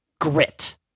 grit